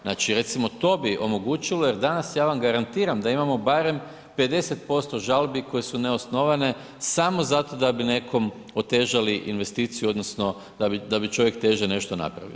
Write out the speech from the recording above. Znači, recimo, to bi omogućilo jer danas, ja vam garantiram da imamo barem 50% žalbi koje su neosnovane samo zato da bi nekom otežali investiciju odnosno da bi čovjek teže nešto napravio.